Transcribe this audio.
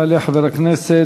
יעלה חבר הכנסת